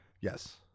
Yes